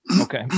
Okay